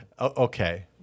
Okay